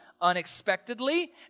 unexpectedly